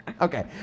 Okay